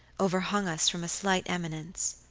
overhung us from a slight eminence.